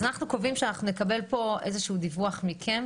אז אנחנו קובעים שאנחנו נקבל פה איזשהו דיווח מכם,